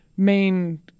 main